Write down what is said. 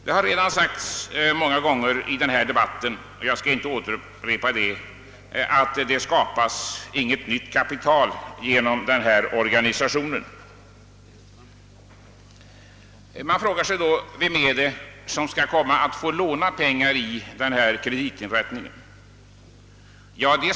Det har redan framhållits många gånger i denna debatt att det inte skapas något nytt kapital genom denna organisation. Frågan är då: Vem är det som skall få låna pengar i denna kreditinrättning?